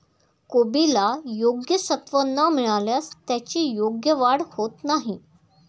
कोबीला योग्य सत्व न मिळाल्यास त्याची योग्य वाढ होत नाही